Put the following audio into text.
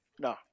No